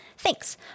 Thanks